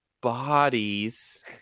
bodies